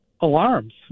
alarms